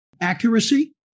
accuracy